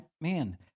man